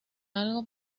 algo